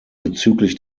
bezüglich